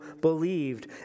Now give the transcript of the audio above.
believed